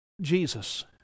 Jesus